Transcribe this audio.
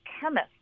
chemist